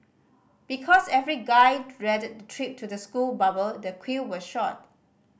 because every guy dreaded the trip to the school barber the queue was short